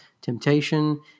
temptation